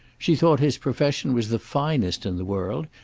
she thought his profession was the finest in the world.